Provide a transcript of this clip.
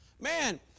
man